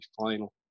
final